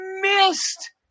missed